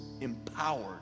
empowered